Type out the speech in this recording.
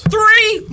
Three